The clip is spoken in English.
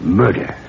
murder